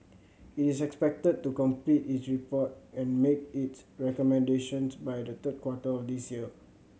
it is expected to complete its report and make its recommendations by the third quarter of this year